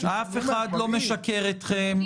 אף אחד לא משקר אתכם.